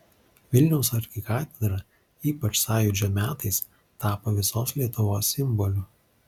vilniaus arkikatedra ypač sąjūdžio metais tapo visos lietuvos simboliu